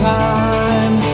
time